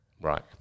right